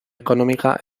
económica